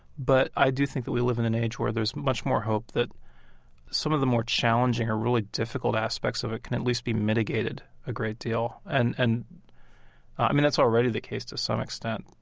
but i do think that we live in an age where there's much more hope that some of the more challenging or really difficult aspects of it can at least be mitigated a great deal. and, and i mean, that's already the case to some extent.